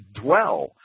dwell